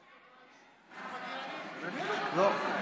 מיקי, היושב-ראש,